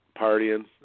partying